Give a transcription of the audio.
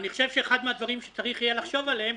אני חושב שאחד מן הדברים שצריך יהיה לחשוב עליהם,